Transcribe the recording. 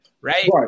right